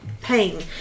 pain